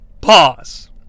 Pause